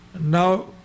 Now